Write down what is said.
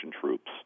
troops